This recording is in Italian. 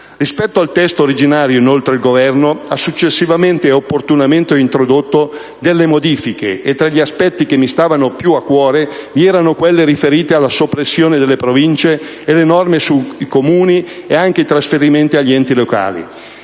Rispetto al testo originario, inoltre, il Governo ha successivamente e opportunamente introdotto delle modifiche, e tra gli aspetti che mi stavano più a cuore vi erano quelle riferite alla soppressione delle Province e le norme sui Comuni e anche i trasferimenti agli enti locali.